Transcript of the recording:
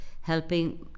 helping